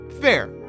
Fair